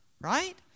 right